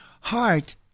heart